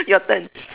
your turn